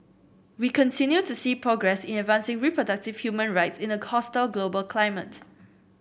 we continue to see progress in advancing reproductive human rights in a hostile global climate